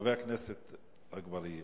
חבר הכנסת אגבאריה?